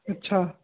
ਅੱਛਾ